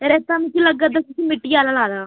रेत्ता मिकी लग्गा दा के मिट्टियै आह्ला लाए दा